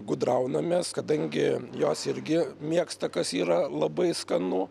gudraunam mes kadangi jos irgi mėgsta kas yra labai skanu